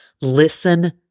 Listen